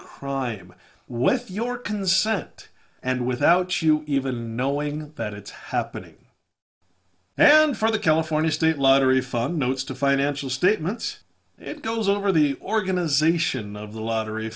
crime with your consent and without you even knowing that it's happening and for the california state lottery fund notes to financial statements it goes over the organization of the lottery